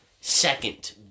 second